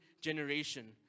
generation